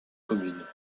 communes